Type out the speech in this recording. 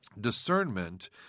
Discernment